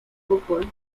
fútbol